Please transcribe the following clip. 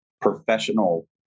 professional